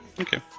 Okay